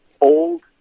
old